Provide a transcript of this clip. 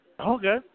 Okay